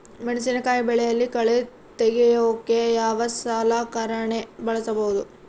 ಮೆಣಸಿನಕಾಯಿ ಬೆಳೆಯಲ್ಲಿ ಕಳೆ ತೆಗಿಯೋಕೆ ಯಾವ ಸಲಕರಣೆ ಬಳಸಬಹುದು?